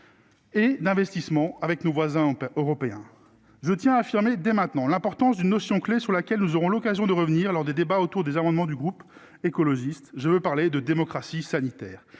et d'investissement avec nos voisins européens, je tiens à affirmer dès maintenant l'importance d'une notion clé sur laquelle nous aurons l'occasion de revenir lors des débats autour des amendements du groupe écologiste, je veux parler de démocratie sanitaire,